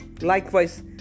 Likewise